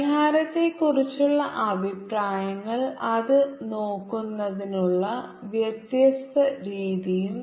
പരിഹാരത്തെക്കുറിച്ചുള്ള അഭിപ്രായങ്ങൾ അത് നോക്കുന്നതിനുള്ള വ്യത്യസ്ത രീതിയും